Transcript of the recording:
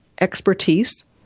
expertise